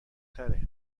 تره